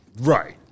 Right